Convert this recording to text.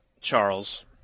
Charles